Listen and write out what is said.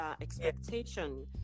expectation